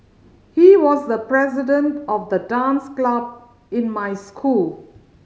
he was the president of the dance club in my school